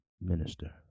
minister